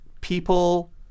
people